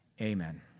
Amen